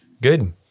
Good